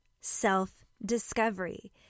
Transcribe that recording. self-discovery